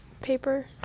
paper